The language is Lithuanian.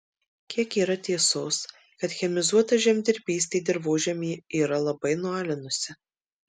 kiek yra tiesos kad chemizuota žemdirbystė dirvožemį yra labai nualinusi